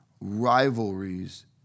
rivalries